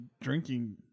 drinking